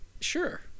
Sure